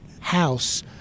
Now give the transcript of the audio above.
house